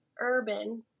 Urban